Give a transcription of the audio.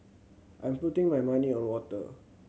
I'm putting my money on water